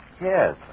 Yes